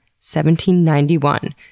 1791